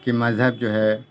کے مذہب جو ہے